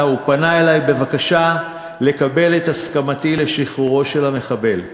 ופנה אלי בבקשה לקבל את הסכמתי לשחרור של המחבל.